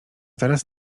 teraz